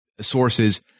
sources